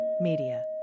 media